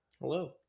Hello